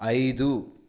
ఐదు